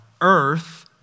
Earth